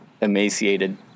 emaciated